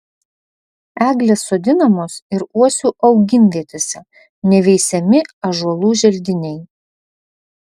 eglės sodinamos ir uosių augimvietėse neveisiami ąžuolų želdiniai